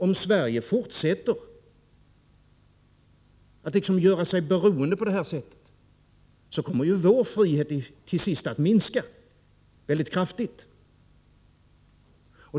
Om Sverige fortsätter att göra sig beroende på detta sätt kommer vår frihet till sist att minska mycket kraftigt.